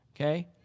okay